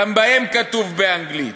גם בהם כתוב באנגלית.